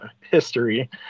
history